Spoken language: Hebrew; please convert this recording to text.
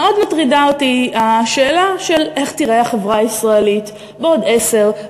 מאוד מטרידה אותי השאלה של איך תיראה החברה הישראלית בעוד עשר,